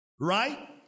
Right